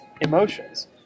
emotions